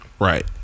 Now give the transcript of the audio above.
right